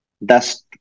thus